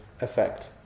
effect